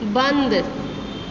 बन्द